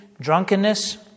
drunkenness